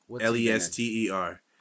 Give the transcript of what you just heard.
L-E-S-T-E-R